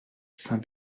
saint